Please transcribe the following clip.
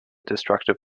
destructive